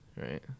right